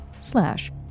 slash